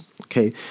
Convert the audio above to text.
okay